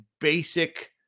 basic –